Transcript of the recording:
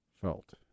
felt